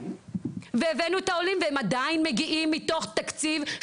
עוד לפני קום המדינה,